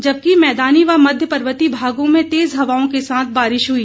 जबकि मैदानी व मध्यपर्वतीय भागों में तेज हवाओं के साथ बारिश हई